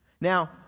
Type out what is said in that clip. Now